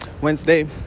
Wednesday